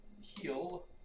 heal